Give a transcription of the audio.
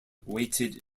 weighted